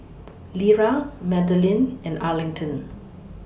Lera Madeline and Arlington